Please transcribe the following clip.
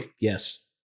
Yes